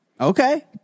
okay